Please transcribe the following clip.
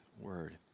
word